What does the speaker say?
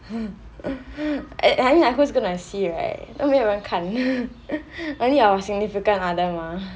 I mean like who is going to see right 都没有人看 only your significant other mah